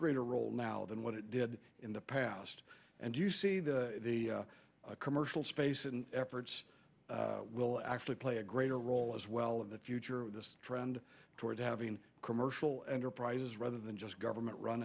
greater role now than what it did in the past and do you see the commercial space and efforts will actually play a greater role as well in the future of this trend toward having commercial enterprises rather than just government run